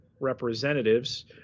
representatives